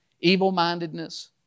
evil-mindedness